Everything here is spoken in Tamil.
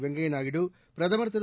வெங்கைய நாயுடு பிரதமர் திரு